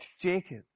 Jacob